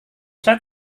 saya